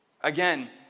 again